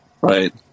right